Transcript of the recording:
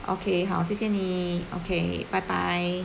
okay 好谢谢你 okay 拜拜